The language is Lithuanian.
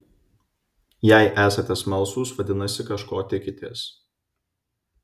jei esate smalsūs vadinasi kažko tikitės